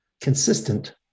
consistent